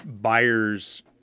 buyers